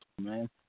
man